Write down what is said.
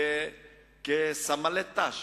כסמלי ת"ש